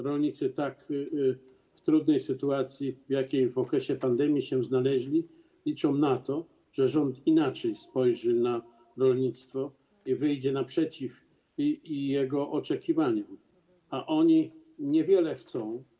Rolnicy w tak trudnej sytuacji, w jakiej w okresie pandemii się znaleźli, liczą na to, że rząd inaczej spojrzy na rolnictwo i wyjdzie naprzeciw jego oczekiwaniom, a oni niewiele chcą.